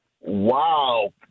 Wow